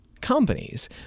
companies